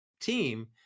team